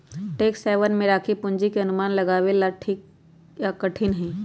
tax haven में राखी पूंजी के अनुमान लगावे ला कठिन हई